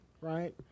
Right